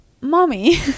mommy